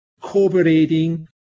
cooperating